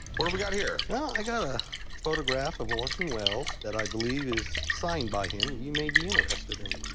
what do we got here? well, i got a photograph of orson welles that i believe is signed by him you may be interested in.